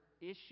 issue